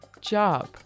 job